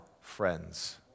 friends